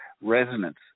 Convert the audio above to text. resonance